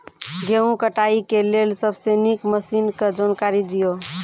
गेहूँ कटाई के लेल सबसे नीक मसीनऽक जानकारी दियो?